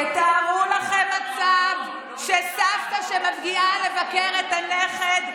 תחשבו מסלול מחדש.